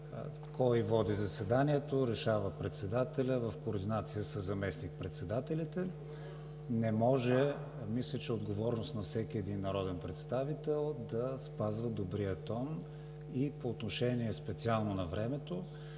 Кой да води заседанието решава председателят в координация със заместник-председателите. Мисля, че е отговорност на всеки един народен представител да спазва добрия тон. Специално по отношение на времето,